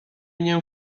mnie